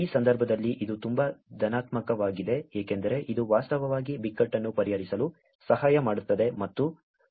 ಈ ಸಂದರ್ಭದಲ್ಲಿ ಇದು ತುಂಬಾ ಧನಾತ್ಮಕವಾಗಿದೆ ಏಕೆಂದರೆ ಇದು ವಾಸ್ತವವಾಗಿ ಬಿಕ್ಕಟ್ಟನ್ನು ಪರಿಹರಿಸಲು ಸಹಾಯ ಮಾಡುತ್ತದೆ ಮತ್ತು ಮೊದಲ ಪ್ರತಿಕ್ರಿಯೆಗೆ ಸಹಾಯ ಮಾಡುತ್ತದೆ